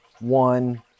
one